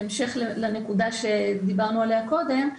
בהמשך לנקודה שדיברנו עליה קודם.